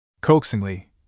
Coaxingly